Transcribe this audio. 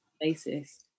basis